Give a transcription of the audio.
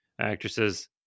actresses